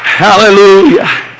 Hallelujah